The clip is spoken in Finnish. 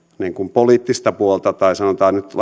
poliittista puolta tai sanotaan nyt